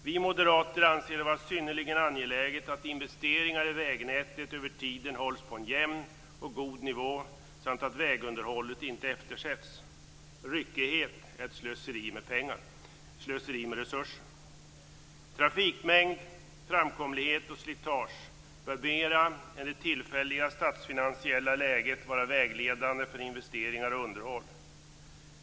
Vi moderater anser det vara synnerligen angeläget att investeringar i vägnätet över tiden hålls på en jämn och god nivå samt att vägunderhållet inte eftersätts. Ryckighet är ett slöseri med pengar och resurser. Trafikmängd, framkomlighet och slitage bör mera än det tillfälliga statsfinansiella läget vara vägledande för investeringar och underhåll.